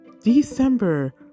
December